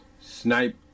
Snipe